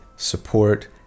Support